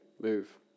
Move